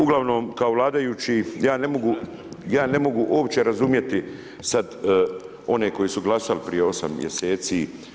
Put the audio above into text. Ugl. kao vladajući ja ne mogu uopće razumjeti, sad one koji su glasali prije 8 mjeseci.